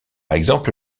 exemple